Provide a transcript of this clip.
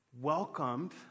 welcomed